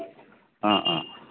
অ অ